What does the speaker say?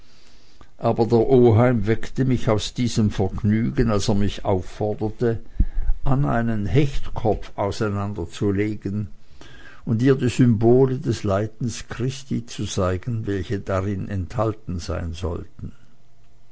aber der oheim weckte mich aus diesem vergnügen als er mich aufforderte anna einen hechtkopf auseinanderzulegen und ihr die symbole des leidens christi zu zeigen welche darin enthalten sein sollten